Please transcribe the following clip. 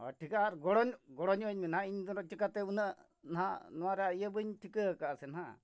ᱚ ᱴᱷᱤᱠ ᱟᱨ ᱜᱚᱲᱚ ᱜᱚᱲᱚ ᱧᱚᱜ ᱟᱹᱧᱢᱮ ᱱᱟᱜ ᱤᱧᱫᱚ ᱱᱟᱜ ᱪᱤᱠᱟᱹᱛᱮ ᱩᱱᱟᱹᱜ ᱱᱟᱜ ᱱᱚᱣᱟ ᱨᱮᱱᱟᱜ ᱤᱭᱟᱹ ᱵᱟᱹᱧ ᱴᱷᱤᱠᱟᱹᱣᱟᱠᱟᱫᱟ ᱥᱮ ᱱᱟᱜ